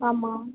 ஆமாம்